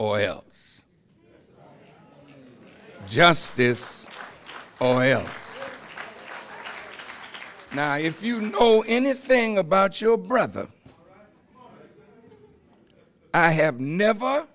oils justice oh yeah now if you know anything about your brother i have never